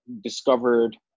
discovered